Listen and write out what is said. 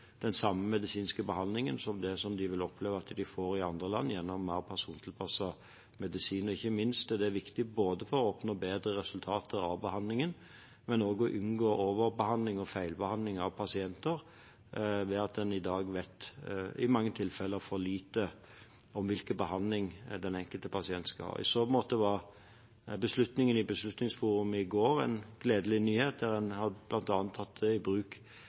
den samme medisinske behandlingen som det de vil oppleve at de får i andre land, gjennom mer persontilpasset medisin. Ikke minst er det viktig både for å oppnå bedre resultater av behandlingen, og for å unngå overbehandling og feilbehandling av pasienter, ved at en i dag i mange tilfeller vet for lite om hvilken behandling den enkelte pasient skal ha. I så måte var beslutningen i Beslutningsforum i går en gledelig nyhet, der en bl.a. har tatt i bruk